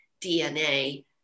DNA